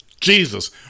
Jesus